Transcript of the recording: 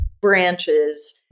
branches